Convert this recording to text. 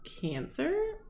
cancer